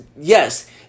Yes